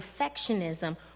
perfectionism